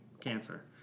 cancer